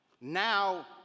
Now